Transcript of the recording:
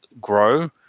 grow